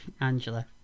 Angela